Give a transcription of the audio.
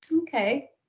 Okay